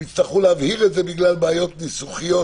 הם יצטרכו להבהיר את זה בגלל בעיות ניסוחיות